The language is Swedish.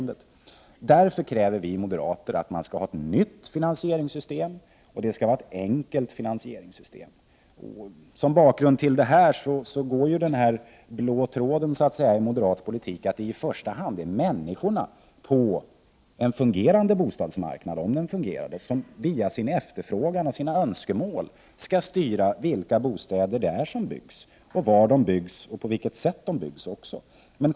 Därför kräver vi moderater ett nytt finansieringssys tem, och det skall vara ett enkelt finansieringssystem. Bakgrunden till det är den ”blå tråden” i moderat politik, dvs. att det i första hand är människorna på en fungerande bostadsmarknad som via sin efterfrågan och sina önskemål skall styra vilka bostäder som skall byggas, var de skall byggas och på vilket sätt de skall byggas.